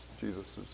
Jesus